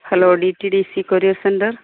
hello D T D C courier center